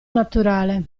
naturale